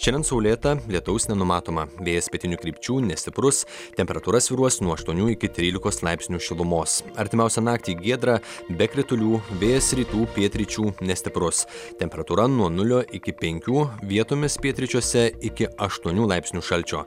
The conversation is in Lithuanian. šiandien saulėta lietaus nenumatoma vėjas pietinių krypčių nestiprus temperatūra svyruos nuo aštuonių iki trylikos laipsnių šilumos artimiausią naktį giedra be kritulių vėjas rytų pietryčių nestiprus temperatūra nuo nulio iki penkių vietomis pietryčiuose iki aštuonių laipsnių šalčio